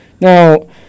Now